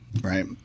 Right